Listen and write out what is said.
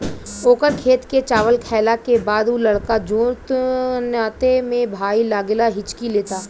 ओकर खेत के चावल खैला के बाद उ लड़का जोन नाते में भाई लागेला हिच्की लेता